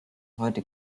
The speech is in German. heute